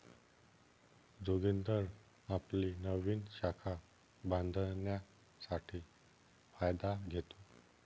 जोगिंदर आपली नवीन शाखा बांधण्यासाठी फायदा घेतो